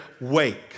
wake